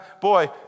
Boy